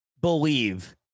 believe